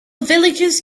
villagers